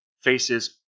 faces